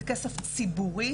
זה כסף ציבורי,